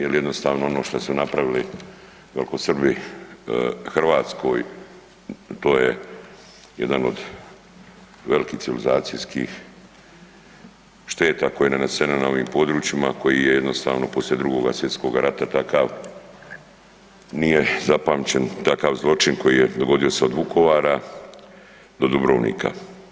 Jer jednostavno ono što su napravili velikosrbi Hrvatskoj to je jedan od velikih civilizacijskih šteta koja je nanesena na ovim područjima koji je jednostavno poslije 2. svjetskoga rata takav, nije zapamćen takav zločin koji je dogodio se od Vukovara do Dubrovnika.